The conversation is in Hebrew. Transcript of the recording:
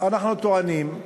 אנחנו טוענים,